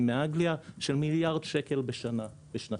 מאנגליה של מיליארד שקל בשנה בשנתון.